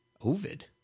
Ovid